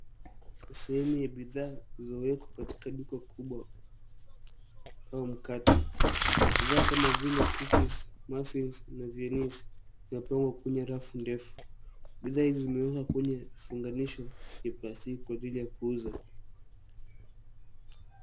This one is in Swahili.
Sehemu ya bidhaa zilizowekwa katika duka mkubwa au mkate. Bidhaa kama vile cookies, muffins na vinies vimepangwa kwenye rafu ndefu. Bidhaa hizi zimewekwa kwenye vifungashio ya plastiki kwa ajili ya kuuza.